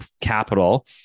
capital